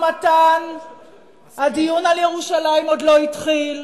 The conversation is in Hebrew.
בתוך המשא-ומתן הדיון על ירושלים עוד לא התחיל,